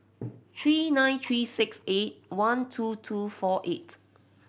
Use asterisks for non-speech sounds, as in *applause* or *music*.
*noise* three nine three six eight one two two four eight